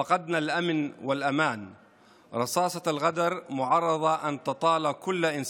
איבדנו את רזאן, ואחריה, את ביאן.